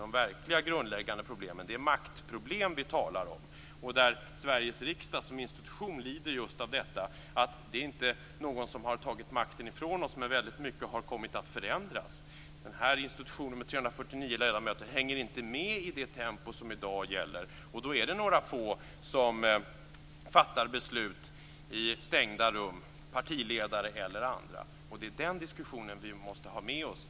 De verkliga grundläggande problemen, de maktproblem vi talar om, som Sveriges riksdag som institution lider av, är att det inte är någon som har tagit makten ifrån oss, men väldigt mycket har kommit att förändras. Den här instutionen med 349 ledamöter hänger inte med i det tempo som gäller i dag. Det är några få som fattar beslut i stängda rum, partiledare eller andra. Det är den diskussionen vi måste ha med oss.